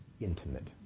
intimate